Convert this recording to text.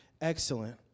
Excellent